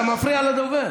אתה מפריע לדובר.